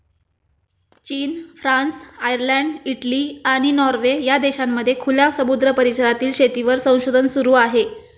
चीन, France, Ireland, Italy, आणि Norway या देशांमध्ये खुल्या समुद्र परिसरातील शेतीवर संशोधन सुरू आहे